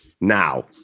now